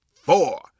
four